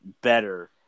better